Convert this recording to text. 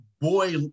boy